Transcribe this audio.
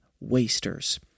wasters